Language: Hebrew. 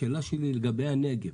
השאלה שלי היא לגבי הנגב,